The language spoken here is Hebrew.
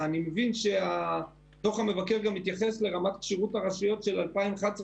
אני מבין שדוח המבקר גם מתייחס לרמת כשירות הרשויות של 2013-2011,